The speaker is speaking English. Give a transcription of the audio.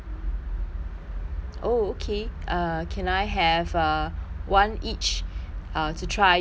oh okay uh can I have uh one each uh to try your variety